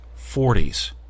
40s